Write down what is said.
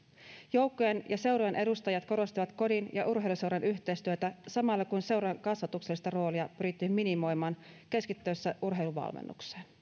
joukkueiden ja seurojen edustajat korostivat kodin ja urheiluseurojen yhteistyötä samalla kun seuran kasvatuksellista roolia pyrittiin minimoimaan sen keskittyessä urheiluvalmennukseen